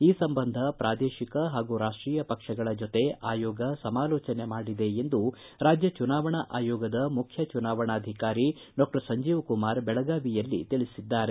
ಈ ಸಂಬಂಧ ಪ್ರಾದೇಶಿಕ ಹಾಗೂ ರಾಷ್ಲೀಯ ಪಕ್ಷಗಳ ಜೊತೆ ಆಯೋಗ ಸಮಾಲೋಚನೆ ಮಾಡಿದೆ ಎಂದು ರಾಜ್ಯ ಚುನಾವಣಾ ಆಯೋಗದ ಮುಖ್ಯ ಚುನಾವಣಾ ಅಧಿಕಾರಿ ಡಾಕ್ಷರ್ ಸಂಜೀವಕುಮಾರ ಬೆಳಗಾವಿಯಲ್ಲಿ ತಿಳಿಸಿದ್ದಾರೆ